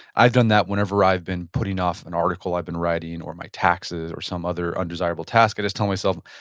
i've done that whenever i've been putting off an article i've been writing or my taxes or some other undesirable task. i just tell myself,